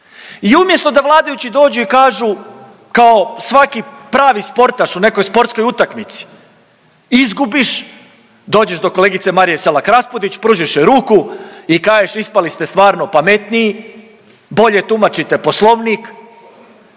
I umjesto da vladajući dođu i kažu kao svaki pravi sportaš u nekoj sportskoj utakmici, izgubiš, dođeš do kolegice Marije Selak Raspudić, pružiš joj ruku i kažeš ispali ste stvarno pametniji, bolje tumačite poslovnik,